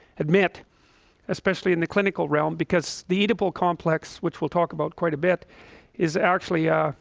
admit especially in the clinical realm because the eatable complex which we'll talk about quite a bit is actually a